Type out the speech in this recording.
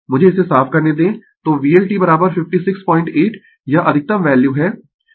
मुझे इसे साफ करने दें तो VL t 568 यह अधिकतम वैल्यू है